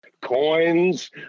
Coins